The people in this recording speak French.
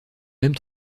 même